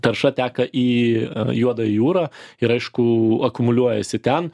tarša teka į juodą jūrą ir aišku akumuliuojasi ten